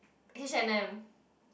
H and M